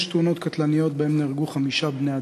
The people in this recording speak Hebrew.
תאונות קטלניות שבהן נהרגו חמישה בני-אדם.